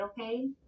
Okay